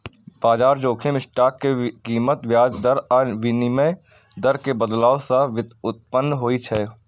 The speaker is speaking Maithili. बाजार जोखिम स्टॉक के कीमत, ब्याज दर आ विनिमय दर मे बदलाव सं उत्पन्न होइ छै